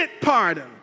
pardon